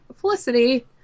Felicity